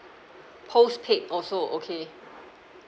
postpaid also okay